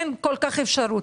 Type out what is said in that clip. אין כל כך אפשרות.